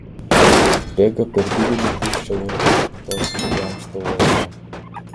bėga per didelį tuščią urvą gamtos išgremžtą uoloje